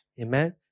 Amen